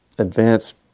advanced